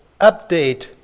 update